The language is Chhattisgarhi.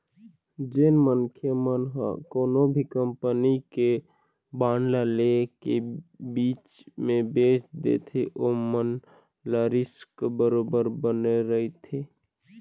जेन मनखे मन ह कोनो भी कंपनी के बांड ल ले के बीच म बेंच देथे ओमन ल रिस्क बरोबर बने रहिथे